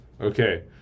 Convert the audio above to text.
Okay